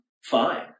fine